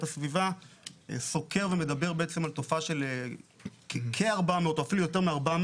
הסביבה סוקר ומדבר בעצם על תופעה של כ-400 או אפילו יותר מ-400